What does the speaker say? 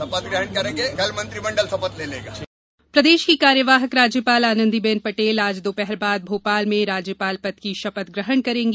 शपथ ग्रहण प्रदेश की कार्यवाहक राज्यपाल आनंदीबेन पटेल आज दोपहर बाद भोपाल में राज्यपाल पद की शपथ ग्रहण करेंगी